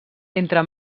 entre